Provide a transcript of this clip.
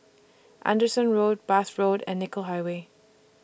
Anderson Road Bath Road and Nicoll Highway